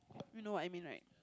you know what I mean right